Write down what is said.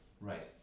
Right